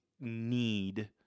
need